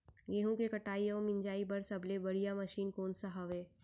गेहूँ के कटाई अऊ मिंजाई बर सबले बढ़िया मशीन कोन सा हवये?